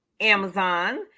Amazon